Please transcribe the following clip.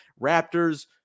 Raptors